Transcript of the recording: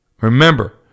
Remember